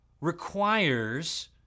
requires